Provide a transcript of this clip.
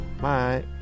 Bye